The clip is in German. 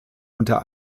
unter